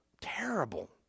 terrible